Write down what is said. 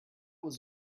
was